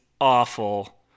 awful